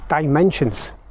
dimensions